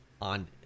on